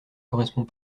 correspond